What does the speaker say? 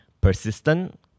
persistent